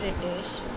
British